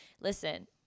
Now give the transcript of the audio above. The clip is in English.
listen